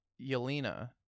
Yelena